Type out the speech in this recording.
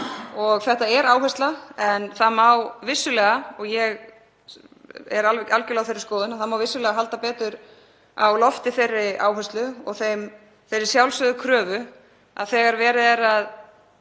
Þetta er áhersla en það má vissulega, og ég er algjörlega á þeirri skoðun, halda betur á lofti þeirri áherslu og þeirri sjálfsögðu kröfu að þegar verið er að